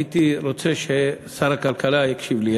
הייתי רוצה ששר הכלכלה יקשיב לי,